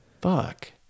Fuck